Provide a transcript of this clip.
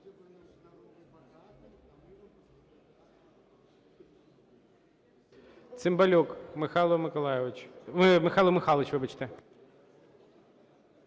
Цимбалюк Михайло Миколайович.